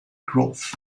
growth